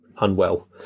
unwell